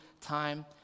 time